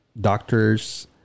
doctors